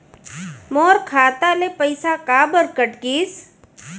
मोर खाता ले पइसा काबर कट गिस?